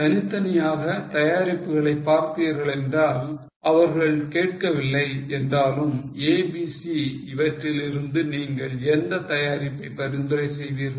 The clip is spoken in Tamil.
தனித்தனியாக தயாரிப்புகளை பார்த்தீர்களென்றால் அவர்கள் கேட்கவில்லை என்றாலும் A B C இவற்றில் இருந்து நீங்கள் எந்த தயாரிப்பை பரிந்துரை செய்வீர்கள்